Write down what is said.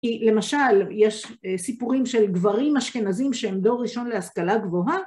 למשל, יש סיפורים של גברים אשכנזים שהם דור ראשון להשכלה גבוהה,